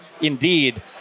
indeed